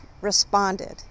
responded